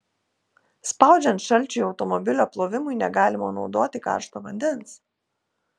spaudžiant šalčiui automobilio plovimui negalima naudoti karšto vandens